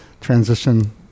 transition